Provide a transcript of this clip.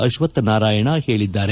ಅಶ್ವಥ್ ನಾರಾಯಣ ಹೇಳಿದ್ದಾರೆ